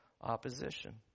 opposition